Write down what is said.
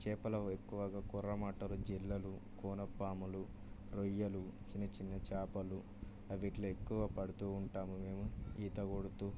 చేపలు ఎక్కువగా కొర్ర మట్టలు జెల్లలు కోనపాములు రొయ్యలు చిన్న చిన్న చేపలు వీటిలో ఎక్కువ పడుతూ ఉంటాం మేము ఈత కొడుతూ